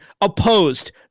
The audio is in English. opposed